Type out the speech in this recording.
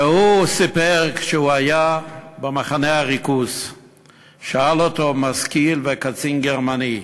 והוא סיפר שכשהוא היה במחנה הריכוז שאל אותו משכיל וקצין גרמני: